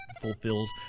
fulfills